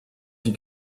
die